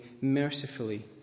mercifully